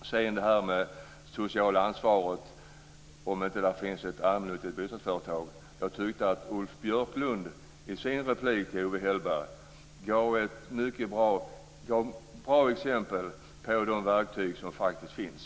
Sedan till frågan om det sociala ansvaret om det inte finns ett allmännyttigt bostadsföretag. Jag tycker att Ulf Björklund i sin replik till Owe Hellberg gav bra exempel på de verktyg som faktiskt finns.